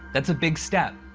that's a big step.